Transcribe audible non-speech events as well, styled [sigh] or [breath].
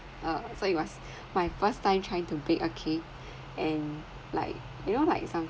uh so it was my first time trying to bake a cake [breath] and like you know like some